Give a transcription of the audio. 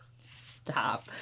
Stop